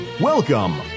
Welcome